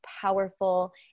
powerful